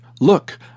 Look